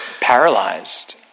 paralyzed